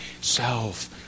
self